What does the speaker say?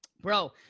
bro